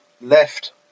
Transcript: left